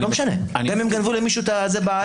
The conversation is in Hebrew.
גם אם הם גנבו למישהו אייפון.